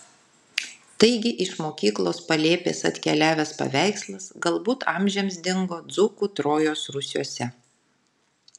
taigi iš mokyklos palėpės atkeliavęs paveikslas galbūt amžiams dingo dzūkų trojos rūsiuose